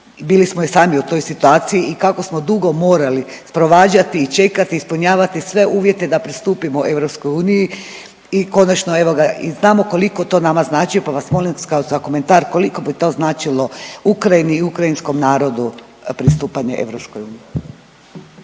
bili smo i sami u toj situaciji i kako smo dugo morali sprovađati i čekati i ispunjavati sve uvjete da pristupimo EU i konačno evo ga i znamo koliko to nama znači, pa vas molim za komentar koliko bi to značilo Ukrajini i ukrajinskom narodu pristupanje EU.